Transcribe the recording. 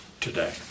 today